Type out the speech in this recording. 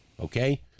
Okay